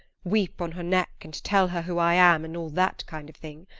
weep on her neck and tell her who i am, and all that kind of thing.